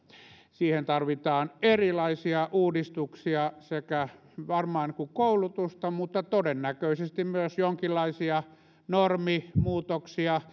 siihen tarvitaan erilaisia uudistuksia sekä varmaan koulutusta mutta todennäköisesti myös jonkinlaisia normimuutoksia